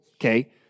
okay